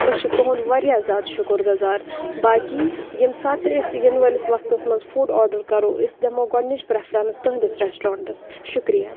أسۍ چھِ تُہٕنٛدۍ واریاہ زِیادٕ شُکُر گُزار باقٕے ییٚمہِ ساتہٕ تہِ اَسہِ یِنہٕ وٲلِس وقتَس منٛز فُڈ آرڈَر کرو أسۍ دِمو گۅڈنِچ پرٛیفرَنٕس تُہٕنٛدِس رِؠسٹورَنٛٹَس شُکرِیا